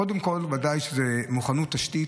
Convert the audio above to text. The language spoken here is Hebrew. קודם כול, בוודאי שזאת מוכנות של תשתית,